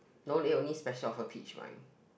no there is only special for peach wine